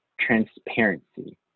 transparency